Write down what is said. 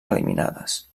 eliminades